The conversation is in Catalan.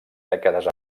dècades